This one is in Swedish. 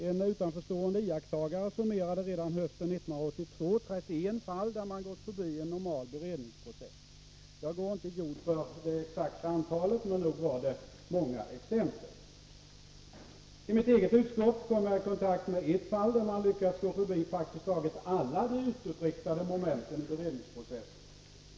En utanförstående iakttagare summerade redan hösten 1982 31 fall där man gått förbi en normal beredningsprocess. Jag går inte i god för det exakta antalet, men nog var det många exempel. I mitt eget utskott kom jag i kontakt med ett fall där man lyckats gå förbi praktiskt taget alla de utåtriktade momenten i beredningsprocessen.